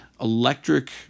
electric